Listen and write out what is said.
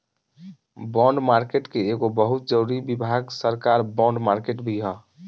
bond market के एगो बहुत जरूरी विभाग सरकार बॉन्ड मार्केट भी ह